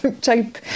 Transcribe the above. type